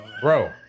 bro